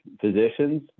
physicians